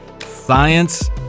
Science